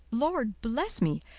lord bless me!